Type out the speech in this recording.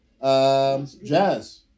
Jazz